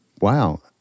wow